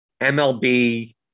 MLB